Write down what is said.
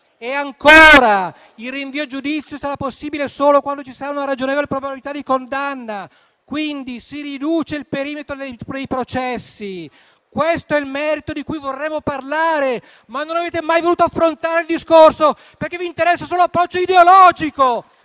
E ancora, il rinvio a giudizio sarà possibile solo quando ci sarà una ragionevole probabilità di condanna, quindi si riduce il perimetro dei processi. Questo è il merito di cui vorremmo parlare, ma non avete mai voluto affrontare il discorso, perché vi interessa solo l'approccio ideologico.